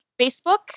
Facebook